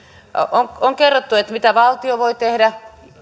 on on kerrottu mitä valtio voi tehdä